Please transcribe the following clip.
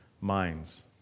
minds